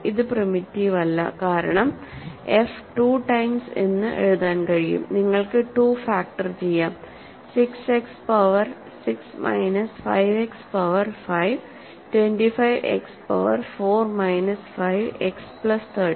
ഇത് പ്രിമിറ്റീവ് അല്ല കാരണം എഫ് 2 ടൈംസ് എന്ന് എഴുതാൻ കഴിയും നിങ്ങൾക്ക് 2 ഫാക്ടർ ചെയ്യാം 6 x power 6 minus 5 x power 5 25 x power 4 minus 5 x plus 30